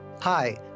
Hi